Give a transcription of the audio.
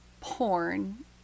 porn